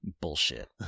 Bullshit